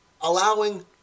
allowing